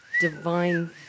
Divine